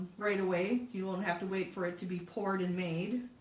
right away. you won't have to wait for it to be poured and made